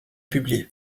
publié